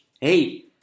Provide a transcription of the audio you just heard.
Hey